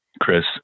Chris